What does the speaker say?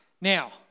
Now